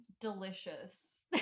Delicious